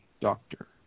doctor